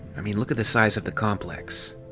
i mean, look at the size of the complex.